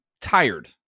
tired